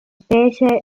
specie